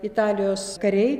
italijos kariai